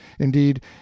Indeed